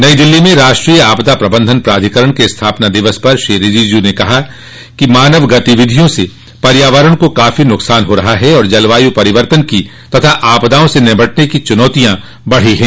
नई दिल्ली में राष्ट्रीय आपदा प्रबंधन प्राधिकरण के स्थापना दिवस पर श्री रिजिजू ने कहा कि मानव गतिविधियों से पर्यावरण को काफी नुकसान हो रहा है और जलवायु परिवर्तन की तथा आपदाओं से निपटने की चुनौतियां बढ़ी हैं